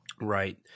Right